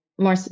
more